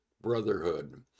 brotherhood